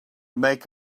make